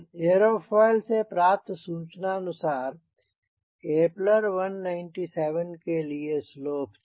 aerophile से प्राप्त सूचनानुसार Eppler 197 के लिए स्लोप थी